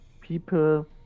people